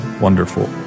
wonderful